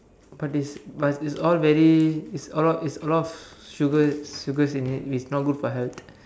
but it's but it's all very it's a lot it's a lot of sugars sugars in it which is not good for health